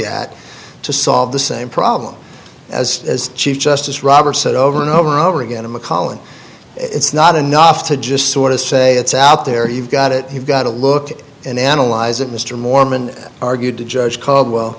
at to solve the same problem as as chief justice roberts said over and over and over again in mcallen it's not enough to just sort of say it's out there you've got it you've got to look and analyze it mr mormon argued to judge caldwell